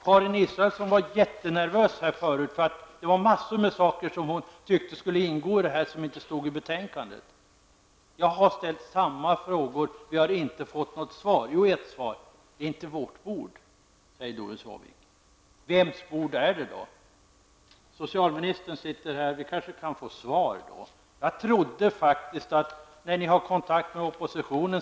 Karin Israelsson var jättenervös för att en mängd saker som hon tyckte skulle ingå i paketet inte nämns i betänkandet. Jag har ställt samma frågor som hon och bara fått ett svar från Doris Håvik, nämligen: Det är inte vårt bord. Vems bord är det då? Jag ser att socialministern sitter i kammaren, och vi kanske av henne kan få svar på våra frågor. Ni socialdemokrater har ju kontakt med oppositionen.